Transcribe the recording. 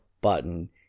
button